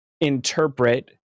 interpret